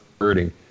hurting